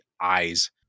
eyes